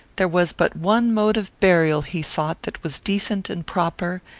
there was but one mode of burial, he thought, that was decent and proper,